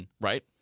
Right